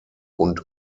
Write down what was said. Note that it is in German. und